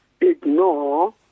ignore